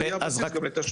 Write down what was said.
זה יהיה הבסיס גם לתשלום.